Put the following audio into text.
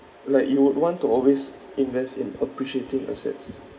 like you would want to always invest in appreciating assets